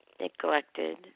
neglected